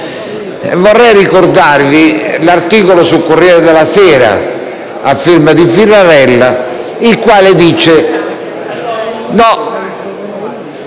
Vorrei ricordarvi un articolo sul «Corriere della Sera», a firma di Ferrarella, il quale dice che